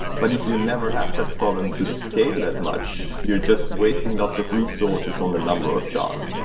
but if you never have that problem to scale that much, you're just wasting lots of resources on the number of shards.